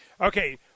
Okay